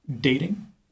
dating